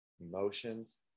emotions